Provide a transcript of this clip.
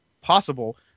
possible